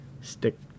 stick